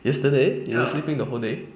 yesterday you were sleeping the whole day